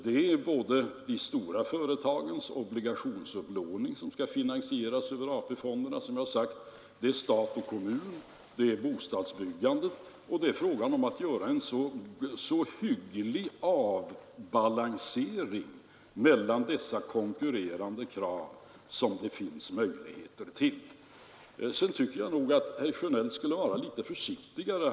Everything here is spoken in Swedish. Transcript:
Det är de stora företagen vilkas obligationsupplåning skall finansieras över AP-fonderna — som jag har nämnt i svaret — det är stat och kommun och det är bostadsbyggandet. Det är fråga om att göra en så hygglig avbalansering mellan dessa konkurrerande krav som det finns möjligheter till. Sedan tycker jag att herr Sjönell skulle vara litet försiktigare.